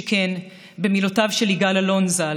שכן במילותיו של יגאל אלון ז"ל,